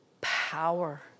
power